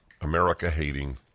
America-hating